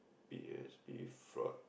P_O_S_B fraud